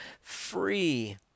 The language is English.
free